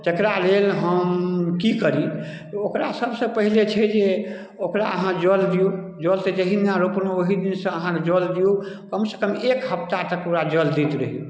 तकरा लेल हम की करी ओकरा सभसँ पहिले छै जे ओकरा अहाँ जल दियौ जल तऽ जहि दिना रोपलहुँ ओहि दिनसँ अहाँ जल दियौ कमसँ कम एक हफ्ता तक ओकरा जल दैत रहियौ